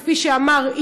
כפי שאמר,